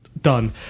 Done